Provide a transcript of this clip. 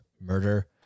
murder